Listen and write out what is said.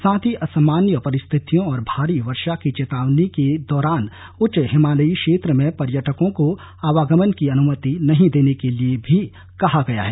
साथ ही असामान्य परिस्थितियों और भारी वर्षा की चेतावनियों के दौरान उच्च हिमालयी क्षेत्रों में पर्यटकों को आवागमन की अनुमति नहीं देने के लिए भी कहा गया है